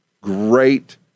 great